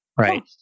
right